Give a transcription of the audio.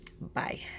Bye